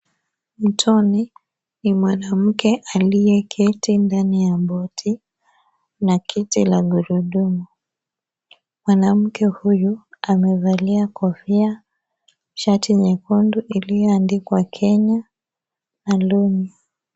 Mtoni ni mwanamke aliyeketi ndani ya boti na kiti la gurudumu. Mwanamke huyu amevalia kofia, shati nyekundu iliyoandikwa Kenya na longi.